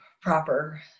proper